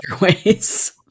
ways